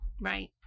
Right